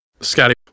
Scotty